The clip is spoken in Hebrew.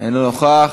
אינו נוכח.